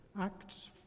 Acts